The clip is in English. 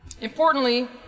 Importantly